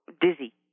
dizzy